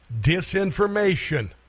disinformation